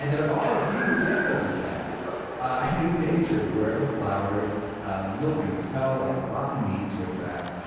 and there are a few examples of that ah in nature where the flowers look and smell like rotten meat to attract,